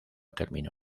terminó